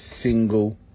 single